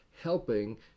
helping